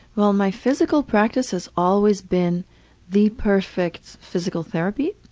well my physical practice has always been the perfect physical therapy.